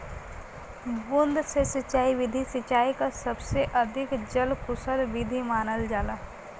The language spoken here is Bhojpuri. बूंद से सिंचाई विधि सिंचाई क सबसे अधिक जल कुसल विधि मानल जाला